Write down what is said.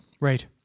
Right